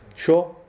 Sure